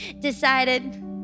decided